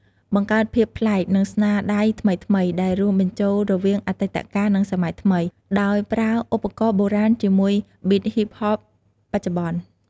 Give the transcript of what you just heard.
បង្កើតភាពប្លែក និងស្នាដៃថ្មីៗ ដែលរួមបញ្ចូលរវាងអតីតកាល និងសម័យថ្មី ដោយប្រើឧបករណ៍បុរាណជាមួយប៊ីតហ៊ីបហបបច្ចុប្បន្ន។